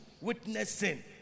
witnessing